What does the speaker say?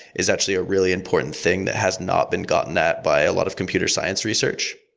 is actually a really important thing that has not been gotten that by a lot of computer science research.